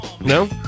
No